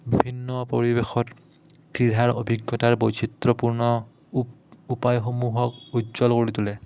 বিভিন্ন পৰিৱেশত ক্ৰীড়াৰ অভিজ্ঞতাৰ বৈচিত্ৰ্যপূৰ্ণ উ উপায়সমূহক উজ্বল কৰি তোলে